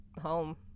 home